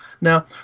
Now